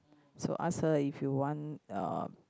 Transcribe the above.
so ask her if you want uh